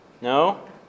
No